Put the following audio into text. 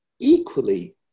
equally